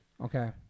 Okay